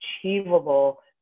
achievable